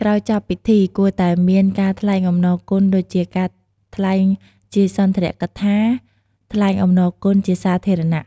ក្រោយចប់ពិធី គួរតែមានការថ្លែងអំណរគុណដូចជា ការថ្លែងជាសុន្ទរកថាថ្លែងអំណរគុណជាសាធារណៈ។